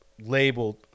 labeled